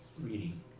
reading